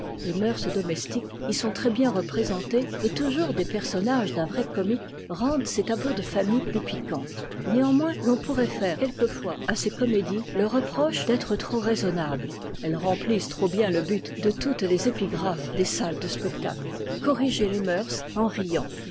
les moeurs domestiques y sont très-bien représentées et toujours des personnages d'un vrai comique rendent ces tableaux de famille plus piquants néanmoins l'on pourrait faire quelquefois à ces comédies le reproche d'être trop raisonnables elles remplissent trop bien le but de toutes les épigraphes des salles de spectacle corriger les mœm cm riant